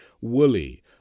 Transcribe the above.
woolly